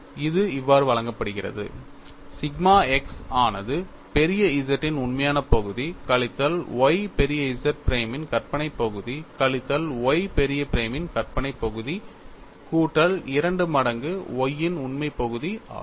இது இவ்வாறு வழங்கப்படுகிறது சிக்மா x ஆனது பெரிய Z ன் உண்மையான பகுதி கழித்தல் y பெரிய Z பிரைமின் கற்பனை பகுதி கழித்தல் y பெரிய Y பிரைமின் கற்பனை பகுதி கூட்டல் 2 மடங்கு Y ன் உண்மையான பகுதி ஆகும்